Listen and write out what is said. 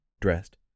dressed